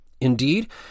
Indeed